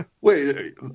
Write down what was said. wait